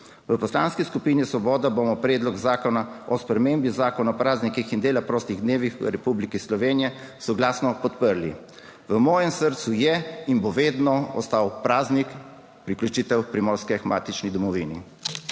V Poslanski skupini Svoboda bomo Predlog zakona o spremembi Zakona o praznikih in dela prostih dnevih v Republiki Sloveniji soglasno podprli. V mojem srcu je in bo vedno ostal praznik priključitev Primorske k matični domovini.